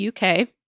UK